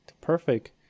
perfect